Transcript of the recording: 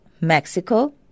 Mexico